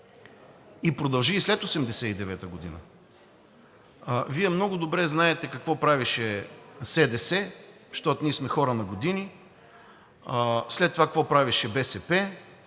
и продължи и след 1989 г. Вие много добре знаете какво правеше СДС, защото ние сме хора на години, след това какво правеше БСП